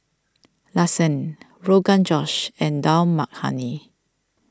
Lasagne Rogan Josh and Dal Makhani